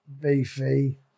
beefy